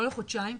לא לחודשיים,